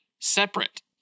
separate